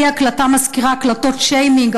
לי ההקלטה מזכירה הקלטות שיימינג,